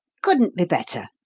couldn't be better,